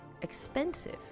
Expensive